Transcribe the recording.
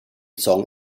song